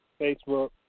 Facebook